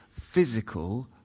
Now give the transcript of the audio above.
physical